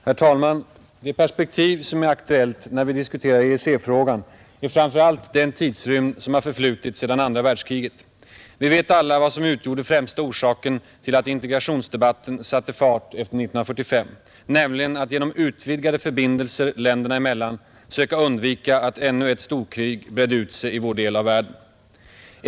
Herr talman! Det perspektiv som är aktuellt när vi diskuterar EEC-frågan är framför allt den tidsrymd som har förflutit sedan andra världskriget. Vi vet alla vad som utgjorde främsta orsaken till att integrationsdebatten satte fart efter 1945. Det var strävandena att genom utvidgade förbindelser länderna emellan söka undvika att ännu ett storkrig bredde ut sig i vår del av världen.